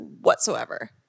whatsoever